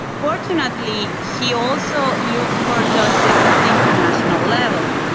fortunately she also looked for justice at the international level.